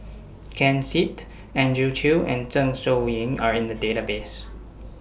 Ken Seet Andrew Chew and Zeng Shouyin Are in The Database